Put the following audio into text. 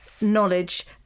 knowledge